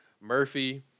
Murphy